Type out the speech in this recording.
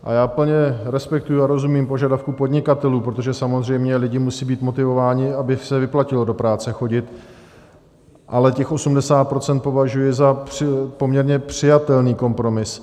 A já plně respektuji a rozumím požadavku podnikatelů, protože samozřejmě lidi musí být motivováni, aby se vyplatilo do práce chodit, ale těch 80 % považuji za poměrně přijatelný kompromis.